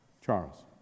Charles